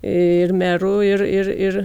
ir merų ir ir ir